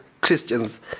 Christians